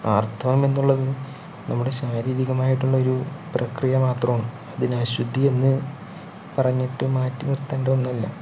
ആർത്തവം എന്നുള്ളത് നമ്മുടെ ശാരീരികമായിട്ടുള്ളൊരു പ്രക്രിയ മാത്രാണ് അതിന് അശുദ്ധി എന്ന് പറഞ്ഞിട്ട് മാറ്റി നിർത്തേണ്ട ഒന്നല്ല